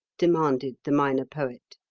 demanded the minor poet.